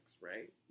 right